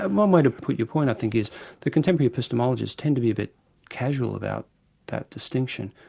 um um way to put your point i think is the contemporary epistemologists, tend to be a bit casual about that distinction,